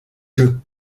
jeu